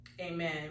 Amen